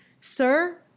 sir